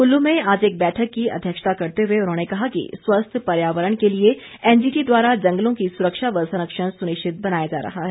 कुल्लू में आज एक बैठक की अध्यक्षता करते हुए उन्होंने कहा कि स्वस्थ पर्यावरण के लिए एनजीटी द्वारा जंगलों की सुरक्षा व संरक्षण सुनिश्चित बनाया जा रहा है